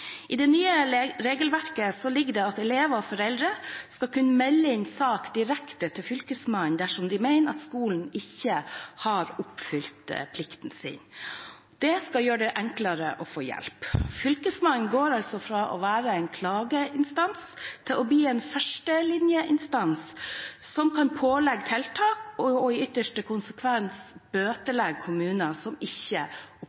I det nye regelverket ligger det at elever og foreldre skal kunne melde inn sak direkte til Fylkesmannen dersom de mener at skolen ikke har oppfylt plikten sin. Det skal gjøre det enklere å få hjelp. Fylkesmannen går altså fra å være en klageinstans til å bli en førstelinjeinstans, som kan pålegge tiltak og i ytterste konsekvens